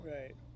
Right